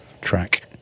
track